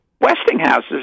Westinghouse's